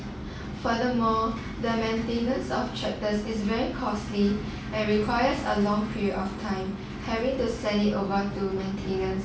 furthermore the maintenance of tractors is very costly and requires a long period of time having to send it over to maintenance